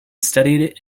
studied